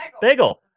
Bagel